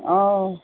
অঁ